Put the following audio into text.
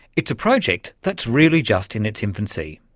it's a project that's really just in its infancy,